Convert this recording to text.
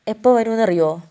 എപ്പോൾ വരുമെന്ന് അറിയുമോ